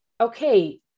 okay